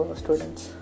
students